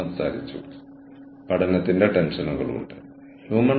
കൂടാതെ ഈ മോഡലിന്റെ സവിശേഷത ഫ്ലൂയിഡിറ്റി ആണ്